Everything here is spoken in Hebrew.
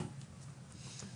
בבקשה.